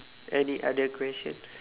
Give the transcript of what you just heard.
any other questions